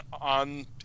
on